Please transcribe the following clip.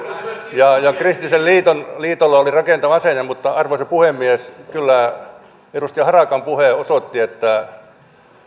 ja ja kristillisellä liitolla liitolla oli rakentava asenne mutta arvoisa puhemies kyllä edustaja harakan puhe osoitti että